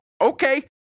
okay